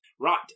Right